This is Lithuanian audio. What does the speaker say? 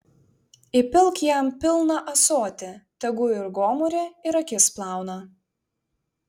įpilk jam pilną ąsotį tegu ir gomurį ir akis plauna